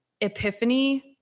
epiphany